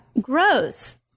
grows